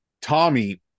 tommy